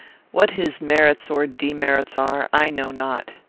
what his merits or demerits are, i know not.